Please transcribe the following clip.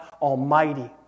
Almighty